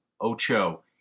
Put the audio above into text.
Ocho